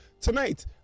tonight